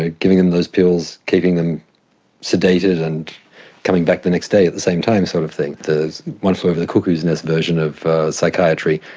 ah giving them those pills, keeping them sedated and coming back the next day at the same time, sort of thing, the one flew over the cuckoo's nest version of psychiatry.